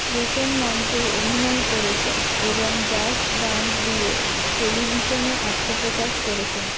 রোশন মঞ্চেও অভিনয় করেছেন এবং জাস্ট ডান্স দিয়ে টেলিভিশনে আত্মপ্রকাশ করেছেন